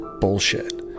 bullshit